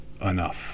enough